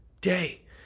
day